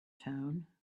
tone